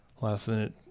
last-minute